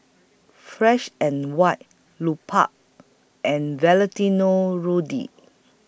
Fresh and White Lupark and Valentino Rudy